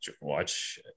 watch